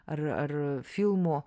ar ar filmų